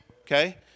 Okay